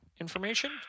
information